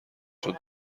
چون